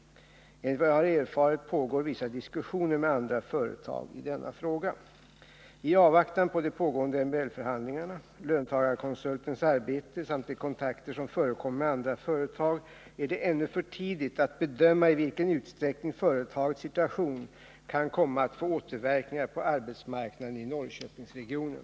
Enligt vad jag har erfarit pågår vissa diskussioner med andra företag i denna fråga. I avvaktan på de pågående MBL-förhandlingarna, löntagarkonsultens arbete samt de kontakter som förekommer med andra företag är det ännu för tidigt att bedöma i vilken utsträckning företagets situation kan komma att få återverkningar på arbetsmarknaden i Norrköpingsregionen.